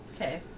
okay